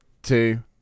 Two